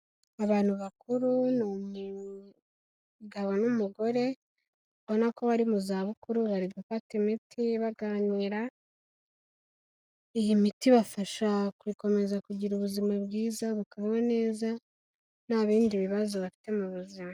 Abantu bakuru ni umugabo n'umugore ubabona ko bari mu zabukuru, bari gufata imiti baganira, iyi miti ibafasha gukomeza kugira ubuzima bwiza bakabaho neza, nta bindi bibazo bafite mu buzima.